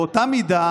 באותה מידה